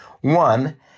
One